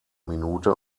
minute